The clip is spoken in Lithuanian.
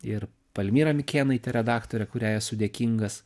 ir palmira mikėnaitė redaktorė kuriai esu dėkingas